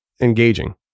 engaging